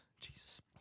Jesus